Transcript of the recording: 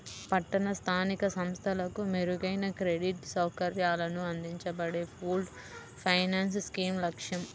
పట్టణ స్థానిక సంస్థలకు మెరుగైన క్రెడిట్ సౌకర్యాలను అందించడమే పూల్డ్ ఫైనాన్స్ స్కీమ్ లక్ష్యం